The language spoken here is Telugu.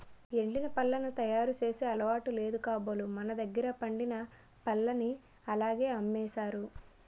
ఎండిన పళ్లను తయారు చేసే అలవాటు లేదు కాబోలు మనదగ్గర పండిన పల్లని అలాగే అమ్మేసారు